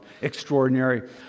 extraordinary